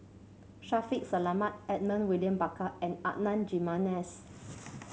Shaffiq Selamat Edmund William Barker and Adan Jimenez